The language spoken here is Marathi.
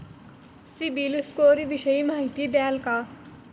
सिबिल स्कोर विषयी माहिती द्याल का?